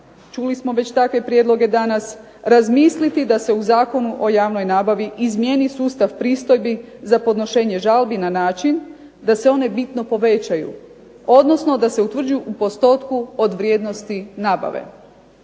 čuli smo već takve prijedloge danas razmisliti da se u Zakonu o javnoj nabavi izmijeni sustav pristojbi za podnošenje žalbi na način da se one bitno povećaju, odnosno da se utvrđuju u postotku od vrijednosti nabave.